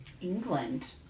England